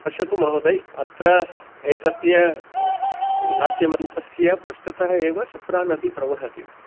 पश्यतु महोदय अत्र एतस्य नाट्यमञ्चस्य पृष्ठतः एव क्षिप्रा नदी प्रवहति